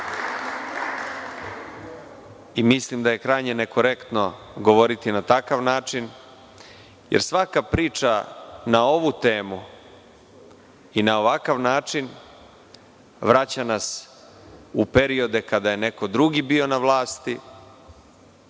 njega. Mislim da je krajnje nekorektno govoriti na takav način, jer svaka priča na ovu temu i na ovakav način vraća nas u periode kada je neko drugi bio na vlasti,